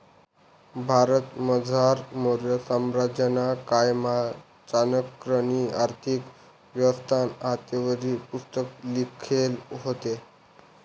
भारतमझार मौर्य साम्राज्यना कायमा चाणक्यनी आर्थिक व्यवस्थानं हातेवरी पुस्तक लिखेल व्हतं